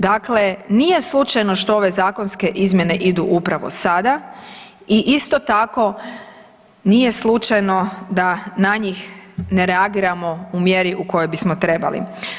Dakle, nije slučajno što ove zakonske izmjene idu upravo sada i isto tako nije slučajno da na njih ne reagiramo u mjeri u kojoj bismo trebali.